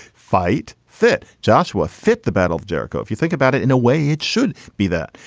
fight. fit. joshua fit the battle of jericho. if you think about it in a way, it should be that.